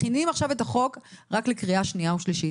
מכינים את החוק לקריאה שנייה ושלישית.